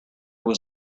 was